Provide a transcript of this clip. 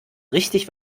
richtig